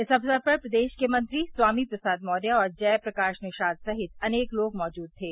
इस अवसर पर प्रदेश के मंत्री स्वामी प्रसाद मौर्य और जय प्रकाश निषाद सहित अनेक लोग मौजूद थे